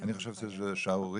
אני חושב שזה שערורייה,